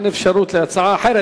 אין אפשרות של הצעה אחרת,